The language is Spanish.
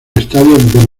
estadio